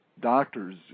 doctors